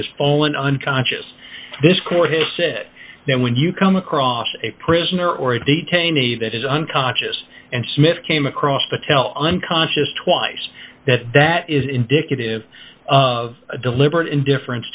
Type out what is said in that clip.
an unconscious this court has said that when you come across a prisoner or a detainee that is unconscious and smith came across patel unconscious twice that that is indicative of a deliberate indifference